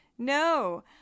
No